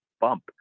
bump